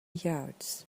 yards